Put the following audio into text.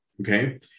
Okay